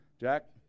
Jack